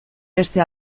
beste